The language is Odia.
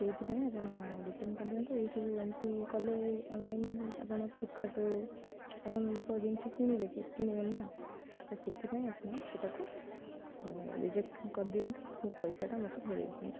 ସେଇଥିପାଇଁ ଆପଣ ରିଟର୍ଣ୍ଣ କରିଦିଅନ୍ତୁ ଏଇସବୁ ଏମିତି କଲେ ଅନ୍ଲାଇନ୍ ଆପଣ ଫ୍ଲିପ୍କାର୍ଟରୁ ଆପଣ ଲୋକ ଜିନିଷ କିଣିବେ କି କିଣିବେନି ନା ତ ସେଥିପାଇଁ ଆପଣ ସେଟାକୁ ରିଜେକ୍ଟ କରିଦିଅନ୍ତୁ ମୋ ପଇସାଟା ମୋତେ ଫେରେଇ ଦିଅନ୍ତୁ